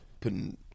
Putting